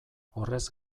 horrez